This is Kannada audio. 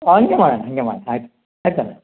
ಹಂಗೆ ಮಾಡಣ್ಣ ಹಾಗೆ ಮಾಡಣ್ಣ ಆಯ್ತು ಆಯ್ತಣ್ಣ